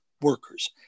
workers